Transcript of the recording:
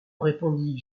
répondis